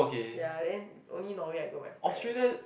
ya then only Norway I go with my parents